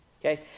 okay